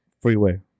Freeway